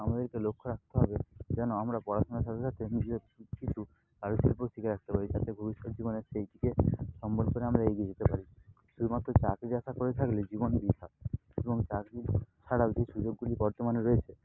আমাদেরকে লক্ষ্য রাখতে হবে যেন আমরা পড়াশোনার সাথে সাথে নিজের কিছু কারুশিল্প শিখে রাখতে পারি যাতে ভবিষ্যৎ জীবনে সেইটিকে সম্বল করে আমরা এগিয়ে যেতে পারি শুধুমাত্র চাকরির আশা করে থাকলে জীবন ধূলিসাত শুধু চাকরি ছাড়াও যে সুযোগগুলি বর্তমানে রয়েছে